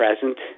present